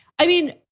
i mean,